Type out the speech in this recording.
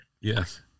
Yes